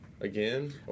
Again